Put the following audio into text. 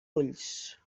ulls